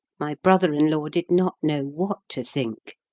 my brother-in-law did not know what to think.